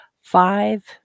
five